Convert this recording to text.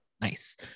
nice